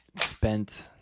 spent